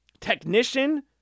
technician